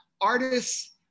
artists